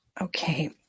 Okay